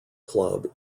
club